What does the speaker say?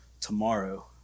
tomorrow